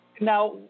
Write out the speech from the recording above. Now